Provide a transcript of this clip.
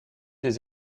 des